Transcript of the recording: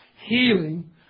healing